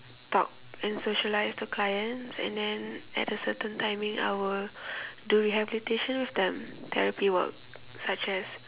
talk and socialize to clients and then at a certain timing I will do rehabilitation with them therapy work such as